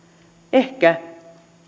ehkä